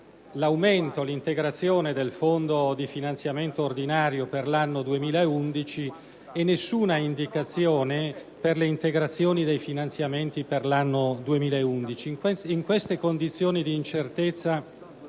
l'aumento del fondo di finanziamento ordinario per l'anno 2011 e nessuna indicazione per le integrazioni dei finanziamenti per l'anno 2011. In queste condizioni di incertezza,